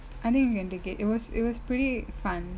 I think you can take it it was it was pretty fun